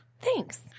Thanks